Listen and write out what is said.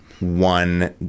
One